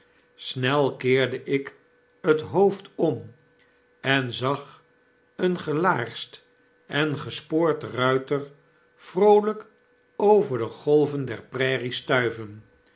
keerde ik het hoofdom en zag een gelaarsd en gespoord ruiter vroolijk over de golven der prairie stuiven